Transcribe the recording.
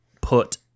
put